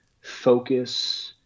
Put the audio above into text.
focus